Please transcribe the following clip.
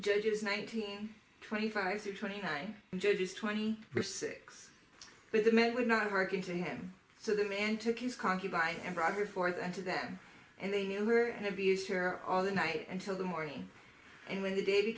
judges nineteen twenty five to twenty nine and judges twenty six but the men would not hearken to him so them and took his concubine and brother for them to them and they knew her and abused her all the night until the morning and when the day